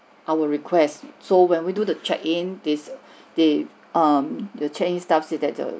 our request so when we do the check in this they um the check in staff said that um